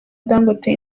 dangote